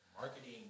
Marketing